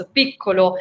piccolo